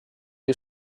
you